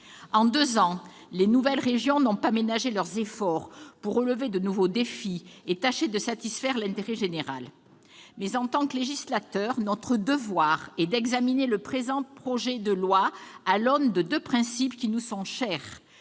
En deux ans, les nouvelles régions n'ont pas ménagé leurs efforts pour relever de nouveaux défis et tâcher de satisfaire l'intérêt général. Mais, en tant que législateurs, notre devoir est d'examiner le présent projet de loi à l'aune de deux principes qui nous sont chers